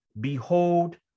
behold